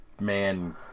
man